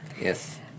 Yes